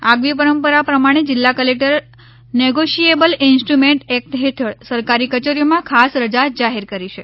આગવી પરંપરા પ્રમાણે જિલ્લા કલેક્ટરે નેગોશિએબલ ઇન્સ્ટુમેન્ટ એક્ટ હેઠળ સરકારી કચેરીઓમાં ખાસ રજા જાહેર કરી છે